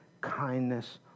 kindness